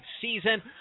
season